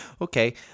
Okay